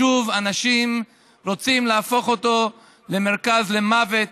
שוב אנשים רוצים להפוך אותו למרכז למוות,